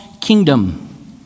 kingdom